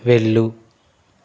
వెళ్ళు